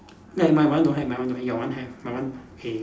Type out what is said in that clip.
my one don't have my one don't have your one have my one K